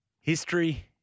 history